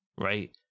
right